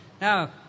Now